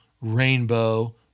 Rainbow